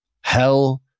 Hell